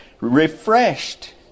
Refreshed